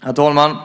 Herr talman!